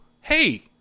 hey